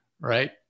right